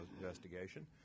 investigation